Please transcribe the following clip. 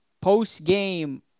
post-game